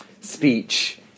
speech